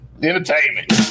Entertainment